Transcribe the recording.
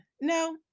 No